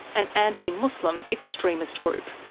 an anti-muslim extremist group.